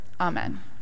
Amen